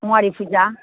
थङारि फुजा